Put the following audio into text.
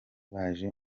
baje